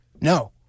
no